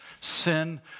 sin